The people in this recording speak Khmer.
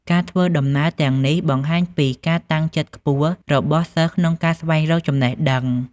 ការធ្វើដំណើរទាំងនេះបង្ហាញពីការតាំងចិត្តខ្ពស់របស់សិស្សក្នុងការស្វែងរកចំណេះដឹង។